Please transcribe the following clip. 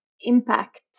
impact